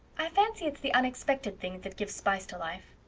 i fancy it's the unexpected things that give spice to life.